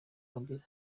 kabila